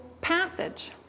passage